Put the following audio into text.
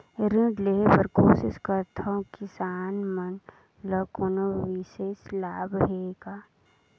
ऋण लेहे बर कोशिश करथवं, किसान मन ल कोनो विशेष लाभ हे का?